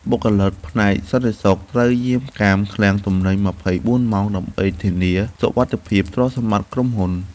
បុគ្គលិកផ្នែកសន្តិសុខត្រូវយាមកាមឃ្លាំងទំនិញ ២៤ ម៉ោងដើម្បីធានាសុវត្ថិភាពទ្រព្យសម្បត្តិក្រុមហ៊ុន។